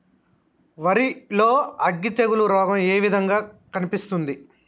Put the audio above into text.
వరి లో అగ్గి తెగులు రోగం ఏ విధంగా కనిపిస్తుంది?